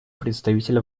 представитель